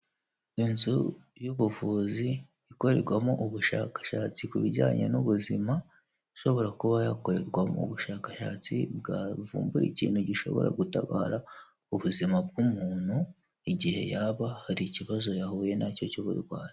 Inzu y'ubuvuzi ikorerwamo ubushakashatsi ku bijyanye n'ubuzima ishobora kuba yakorerwa mu bushakashatsi bwa ruvumbura ikintu gishobora gutabara ubuzima bw'umuntu igihe yaba hari ikibazo yahuye nacyo cy'uburwayi.